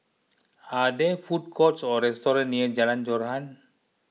are there food courts or restaurants near Jalan Joran